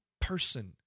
person